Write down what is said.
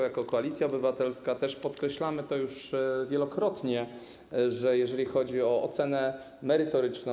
Jako Koalicja Obywatelska podkreślamy wielokrotnie, że jeżeli chodzi o ocenę merytoryczną.